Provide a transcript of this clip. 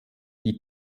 die